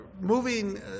moving